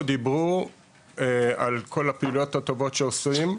דיברו על כל הפעילויות הטובות שעושים,